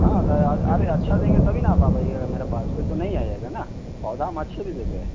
हाँ तो अरे अच्छा देंगे तभी न आप आ पाइएगा मेरे पास फिर तो नहीं आइएगा न पौधा हम अच्छे भी देते हैं